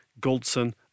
Goldson